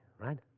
right